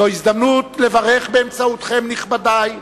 זו הזדמנות לברך באמצעותכם, נכבדי,